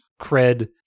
cred